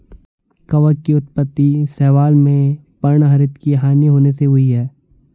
कवक की उत्पत्ति शैवाल में पर्णहरित की हानि होने से हुई है